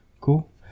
Cool